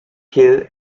hill